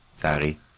Sorry